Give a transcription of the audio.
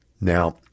Now